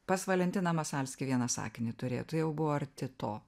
pas valentiną masalskį vieną sakinį turėjot tai jau buvo arti to